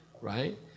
right